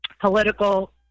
political